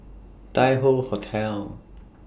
Tai Hoe Hotel